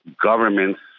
governments